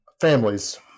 Families